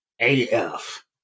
AF